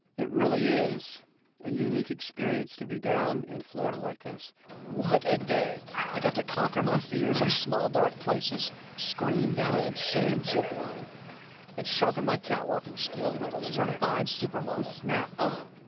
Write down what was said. it really is a unique experience to be down in florida like this what a day i got to conquer my fears of small dark places scream down an insane zipline and sharpen my catwalking skills with a certified supermom snap